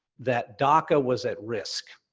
that daca was at risk.